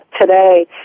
today